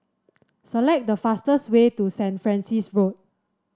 select the fastest way to Saint Francis Road